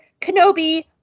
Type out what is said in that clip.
Kenobi